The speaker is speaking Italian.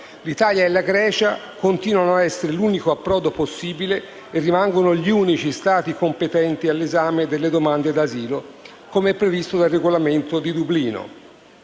l'Italia e la Grecia continuano ad essere l'unico approdo possibile, e rimangono gli unici Stati competenti all'esame delle domande di asilo, come previsto dal regolamento di Dublino.